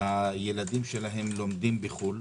שהילדים שלהם לומדים בחו"ל,